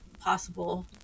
possible